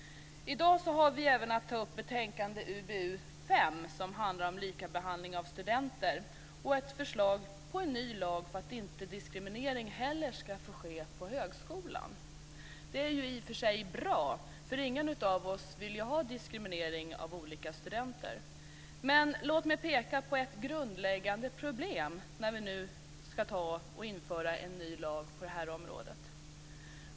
I dag har vi även att ta upp betänkandet UbU5, som handlar om likabehandlingen av studenter och ett förslag till en ny lag för att diskriminering inte heller ska ske på högskolan. Detta är i och för sig bra, för ingen av oss vill ha diskriminering av olika studenter. Men låt mig peka på ett grundläggande problem när vi nu ska införa en ny lag på detta område.